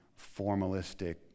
formalistic